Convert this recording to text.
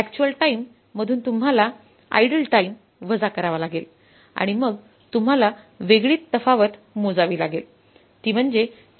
actual time मधून तुम्हाला idle time